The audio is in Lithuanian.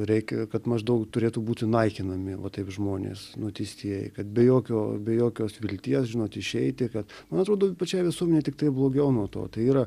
reikia kad maždaug turėtų būti naikinami va taip žmonės nuteistieji kad be jokio be jokios vilties žinot išeiti kad man atrodo pačiai visuomenei tiktai blogiau nuo to tai yra